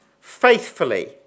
faithfully